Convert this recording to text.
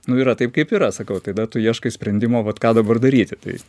nu yra taip kaip yra sakau tada tu ieškai sprendimo vat ką dabar daryti tai